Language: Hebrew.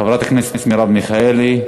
חברת הכנסת מרב מיכאלי,